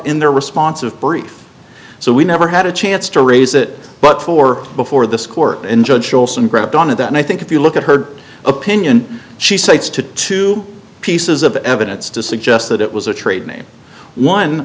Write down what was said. in their responsive brief so we never had a chance to raise it but for before this court judge olson grabbed on it and i think if you look at her opinion she cites to two pieces of evidence to suggest that it was a trade name one